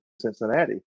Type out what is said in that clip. Cincinnati